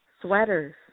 Sweaters